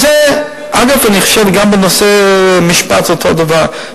וזה, אגב, אני חושב, גם בנושא של משפט, אותו דבר.